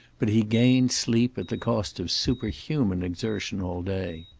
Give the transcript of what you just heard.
but he gained sleep at the cost of superhuman exertion all day.